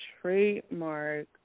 trademark